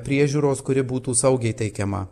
priežiūros kuri būtų saugiai teikiama